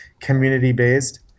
community-based